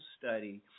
Study